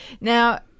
Now